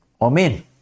Amen